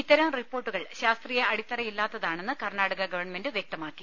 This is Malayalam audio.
ഇത്തരം റിപ്പോർട്ടുകൾ ശാസ്ത്രീയ അടിത്തറയില്ലാത്തതാണെന്ന് കർണ്ണാടക ഗവൺമെന്റ് വ്യക്തമാക്കി